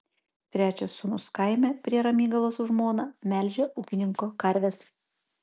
trečias sūnus kaime prie ramygalos su žmona melžia ūkininko karves